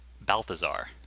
Balthazar